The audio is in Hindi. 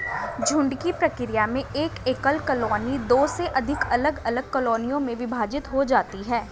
झुंड की प्रक्रिया में एक एकल कॉलोनी दो से अधिक अलग अलग कॉलोनियों में विभाजित हो जाती है